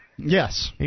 Yes